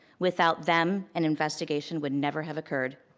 without them, an investigation would never have occurred.